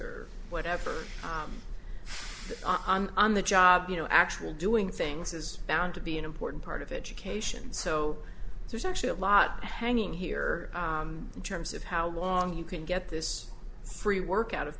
or whatever on on the job you know actually doing things is bound to be an important part of education so there's actually a lot hanging here in terms of how long you can get this free work out of